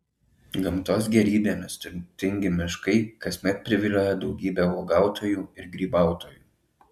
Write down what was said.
gamtos gėrybėmis turtingi miškai kasmet privilioja daugybę uogautojų ir grybautojų